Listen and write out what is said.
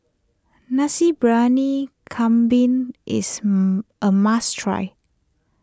Nasi Briyani Kambing is a must try